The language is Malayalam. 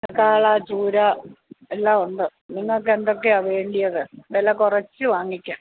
കാളാ ചൂരാ എല്ലാമുണ്ട് നിങ്ങൾക്ക് എന്തൊക്കെയാണ് വേണ്ടത് വില കുറച്ച് വാങ്ങിയ്ക്കാം